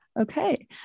Okay